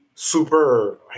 Super